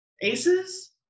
aces